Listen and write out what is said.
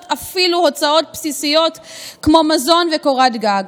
אפילו הוצאות בסיסיות כמו מזון וקורת גג,